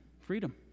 freedom